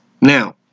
Now